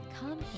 come